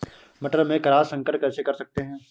मटर में क्रॉस संकर कैसे कर सकते हैं?